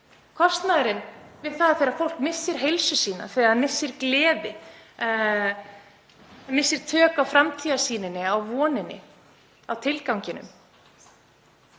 kostnaðinn við það þegar fólk missir heilsuna, missir gleðina, missir tök á framtíðarsýninni, á voninni, á tilganginum.